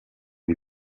les